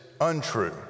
untrue